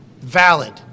valid